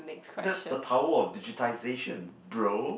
that's the power of digitisation bro